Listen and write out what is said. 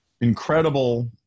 incredible